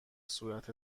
صورت